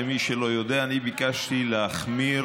למי שלא יודע, אני ביקשתי להחמיר